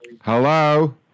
hello